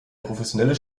professionelle